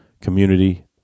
community